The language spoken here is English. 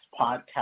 podcast